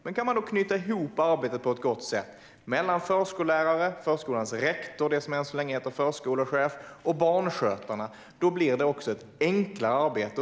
Men om man kan knyta ihop arbetet på ett gott sätt mellan förskollärare, förskolans rektor - alltså det som än så länge heter förskolechef - och barnskötarna blir det ett enklare arbete.